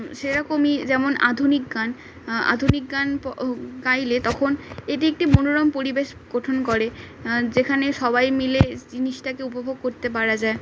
সেরকমই যেমন আধুনিক গান আধুনিক গান গাইলে তখন এটি একটি মনোরম পরিবেশ গঠন করে যেখানে সবাই মিলে জিনিসটাকে উপভোগ করতে পারা যায়